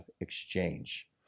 exchange